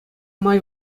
май